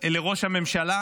לראש הממשלה,